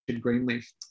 Greenleaf